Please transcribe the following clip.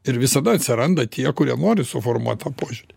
ir visada atsiranda tie kurie nori suformuot tą požiūrį